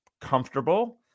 comfortable